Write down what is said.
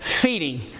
feeding